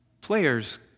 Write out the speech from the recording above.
players